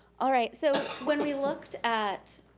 alright so, when we looked at